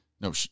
No